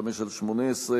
חוק ומשפט,